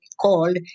called